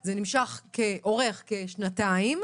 זה אורך כשנתיים,